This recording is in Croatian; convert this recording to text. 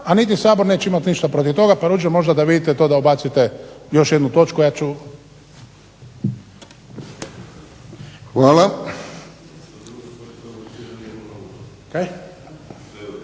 a niti Sabor neće imati ništa protiv toga, pa Ruđer možda da vidite to da ubacite još jednu točku, ja ću.